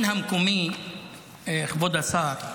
כבוד השר,